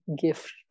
gift